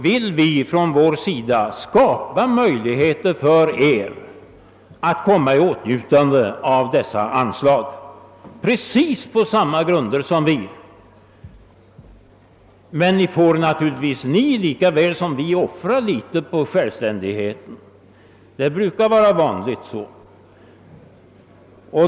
Vi på vår sida vill skapa möjligheter för er att komma i åtnjutande av dessa anslag precis på samma grunder som vi. Men ni lika väl som vi får naturligtvis offra litet av er självständighet. Det brukar vara vanligt.